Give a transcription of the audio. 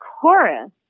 chorus